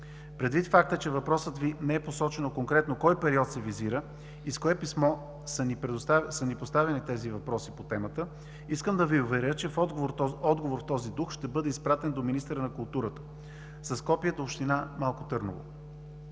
Предвид факта, че във въпроса Ви не е посочено конкретно кой период се визира и с кое писмо са ни поставени тези въпроси по темата, искам да Ви уверя, че отговор в този дух ще бъде изпратен до министъра на културата с копие до община Малко Търново